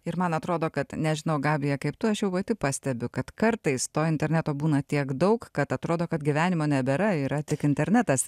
ir man atrodo kad nežinau gabija kaip tu aš jau pati pastebiu kad kartais to interneto būna tiek daug kad atrodo kad gyvenimo nebėra yra tik internetas